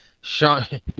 Sean